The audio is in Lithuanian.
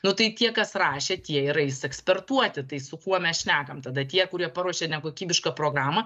nu tai tie kas rašė tie ir eis ekspertuoti tai su kuo mes šnekam tada tie kurie paruošė nekokybišką programą